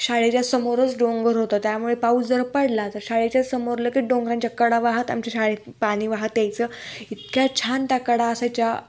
शाळेच्या समोरच डोंगर होतं त्यामुळे पाऊस जर पडला तर शाळेच्या समोर लगेच डोंगरांच्या कडा वाहत आमच्या शाळेत पाणी वाहत यायचं इतक्या छान त्या कडा असायच्या